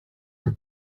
were